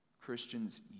Christians